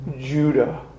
Judah